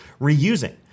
reusing